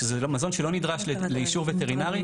כשזה מזון שלא נדרש לאישור וטרינרי,